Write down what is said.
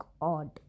odd